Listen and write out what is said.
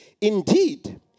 Indeed